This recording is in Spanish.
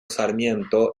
sarmiento